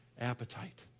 appetite